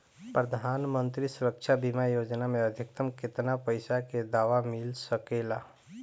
प्रधानमंत्री सुरक्षा बीमा योजना मे अधिक्तम केतना पइसा के दवा मिल सके ला?